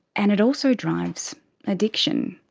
and it also drives addiction.